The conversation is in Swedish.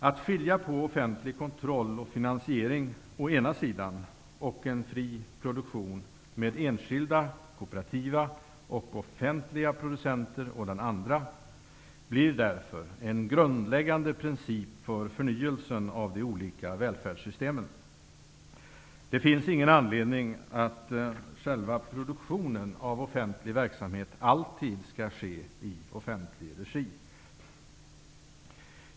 Att skilja på offentlig kontroll och finansiering å ena sidan och fri produktion med enskilda, kooperativa och offentliga producenter å andra sidan blir därför en grundläggande princip för förnyelsen av de olika välfärdssystemen. Det finns ingen anledning att sträva efter att själva produktionen av offentlig verksamhet alltid skall ske i offentlig regi.